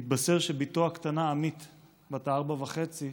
מתבשר שבִּתו הקטנה, עמית בת הארבע וחצי,